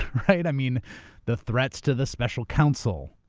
right? i mean the threats to the special counsel,